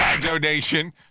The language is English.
donation